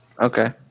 Okay